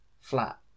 flat